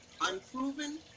unproven